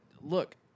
look